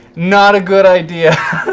not a good idea.